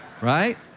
right